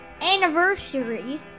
anniversary